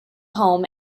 home